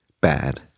bad